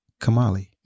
Kamali